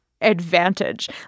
advantage